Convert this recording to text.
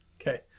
Okay